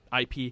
ip